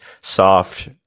soft